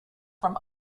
from